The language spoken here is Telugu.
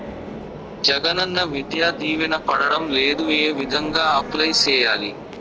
జగనన్న విద్యా దీవెన పడడం లేదు ఏ విధంగా అప్లై సేయాలి